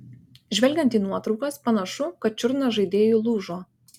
žvelgiant į nuotraukas panašu kad čiurna žaidėjui lūžo